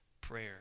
prayer